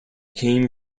came